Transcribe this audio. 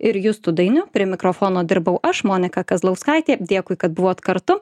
ir justu dainiu prie mikrofono dirbau aš monika kazlauskaitė dėkui kad buvot kartu